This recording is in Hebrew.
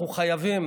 אנחנו חייבים